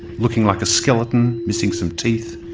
looking like a skeleton, missing some teeth,